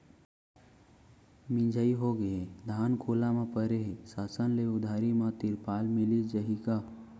मिंजाई होगे हे, धान खुला म परे हे, शासन ले उधारी म तिरपाल मिलिस जाही का?